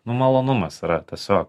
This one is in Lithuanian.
malonumas yra tiesiog